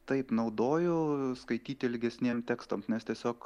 taip naudojau skaityti ilgesniem tekstam mes tiesiog